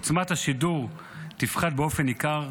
עוצמת השידור תפחת באופן ניכר.